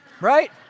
right